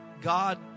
God